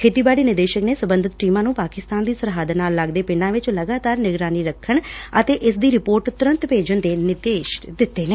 ਖੇਤੀਬਾੜੀ ਨਿਦੇਸ਼ਕ ਨੇ ਸਬੰਧਤ ਟੀਮਾਂ ਨੁੰ ਪਾਕਿਸਤਾਨ ਦੀ ਸਰਹੱਦ ਨਾਲ ਲੱਗਦੇ ਪਿੰਡਾਂ ਵਿਚ ਲਗਾਤਾਰ ਨਿਗਰਾਨੀ ਰੱਖਣ ਤੇ ਅਤੇ ਇਸ ਦੀ ਰਿਪੋਰਟ ਤੁਰੰਤ ਭੇਜਣ ਦੇ ਨਿਰਦੇਸ਼ ਦਿੱਤੇ ਨੇ